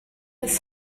his